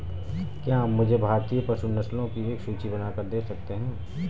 क्या आप मुझे भारतीय पशु नस्लों की एक सूची बनाकर दे सकते हैं?